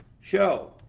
show